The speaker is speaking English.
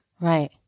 Right